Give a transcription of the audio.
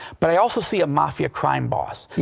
but i also see a mafia crime boss.